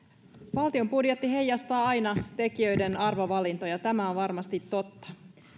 valtion budjetti heijastaa aina tekijöiden arvovalintoja tämä on varmasti totta